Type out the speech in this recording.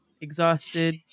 exhausted